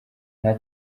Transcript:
nta